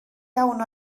iawn